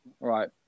right